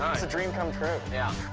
it's a dream come true. yeah.